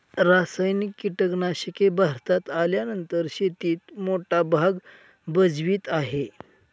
रासायनिक कीटनाशके भारतात आल्यानंतर शेतीत मोठा भाग भजवीत आहे